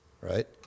right